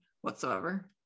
whatsoever